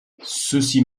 ceci